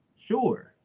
Sure